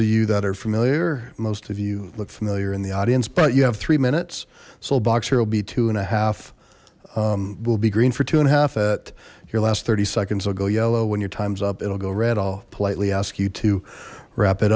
of you that are familiar most of you look familiar in the audience but you have three minutes so box here will be two and a half we'll be green for two and a half at your last thirty seconds i'll go yellow when your time's up it'll go red off politely ask you to wrap it